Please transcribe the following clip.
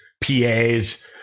PAs